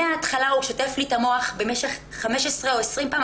מהתחלה הוא שטף לי את המוח במשך 15 או 20 פעמים,